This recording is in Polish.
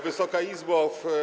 Wysoka Izbo!